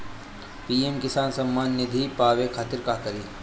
PM Kisan Samman Nidhi पावे खातिर का करी?